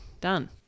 Done